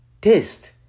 Taste